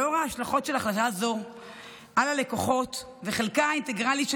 לאור ההשלכות של החלטה זו על הלקוחות וחלקה האינטגרלי של